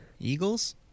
Eagles